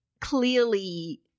clearly